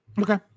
Okay